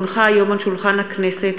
כי הונחו היום על שולחן הכנסת,